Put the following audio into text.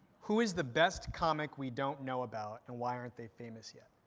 who is the best comic we don't know about, and why aren't they famous yet?